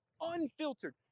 unfiltered